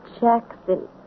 Jackson